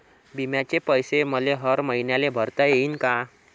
बिम्याचे पैसे मले हर मईन्याले भरता येईन का?